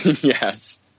Yes